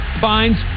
finds